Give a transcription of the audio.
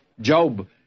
Job